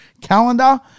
calendar